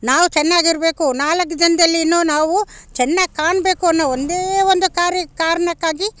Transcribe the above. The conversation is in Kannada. ನಾವು ಚೆನ್ನಾಗಿರ್ಬೇಕು ನಾಲ್ಕು ಜನದಲ್ಲಿ ಇನ್ನು ನಾವು ಚೆನ್ನಾಗಿ ಕಾಣಬೇಕು ಅನ್ನೋ ಒಂದೇ ಒಂದು ಕಾರ್ಯಕ್ಕೆ ಕಾರಣಕ್ಕಾಗಿ